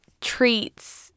treats